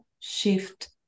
shift